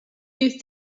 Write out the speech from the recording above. you